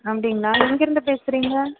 அப்படிங்களா எங்கேருந்து பேசுகிறீங்க